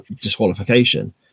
disqualification